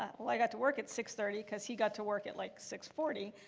i got to work at six thirty because he got to work at like six forty,